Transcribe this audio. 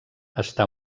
està